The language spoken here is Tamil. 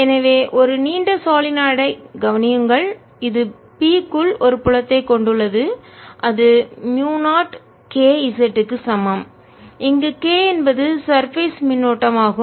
எனவே ஒரு நீண்ட சாலினாயிட் ஐ கவனியுங்கள் இது B க்குள் ஒரு புலத்தை கொண்டுள்ளது அது மூயு 0 k z க்கு சமம் இங்கு k என்பது சர்பேஸ் மேற்பரப்பு மின்னோட்டமாகும்